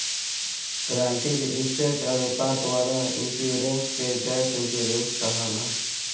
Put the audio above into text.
guaranteed asset अनुपात वाला insurance के गैप इंश्योरेंस कहाला